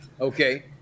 Okay